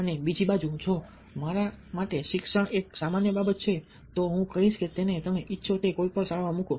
અને બીજી બાજુ જો મારા માટે શિક્ષણ માત્ર એક સામાન્ય બાબત છે તો હું કહીશ કે તેને તમે ઈચ્છો તે કોઈપણ શાળામાં મૂકો